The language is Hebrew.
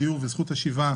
הדיור וזכות השיבה